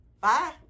Bye